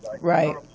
Right